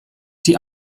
die